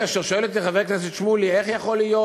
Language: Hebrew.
כאשר שואל אותי חבר הכנסת שמולי איך יכול להיות,